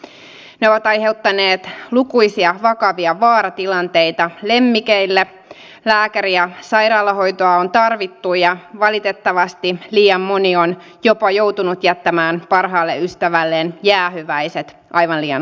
ne ovat aiheuttaneet lukuisia vakavia vaaratilanteita lemmikeille lääkäri ja sairaalahoitoa on tarvittu ja valitettavasti liian moni on jopa joutunut jättämään parhaalle ystävälleen jäähyväiset aivan liian aikaisin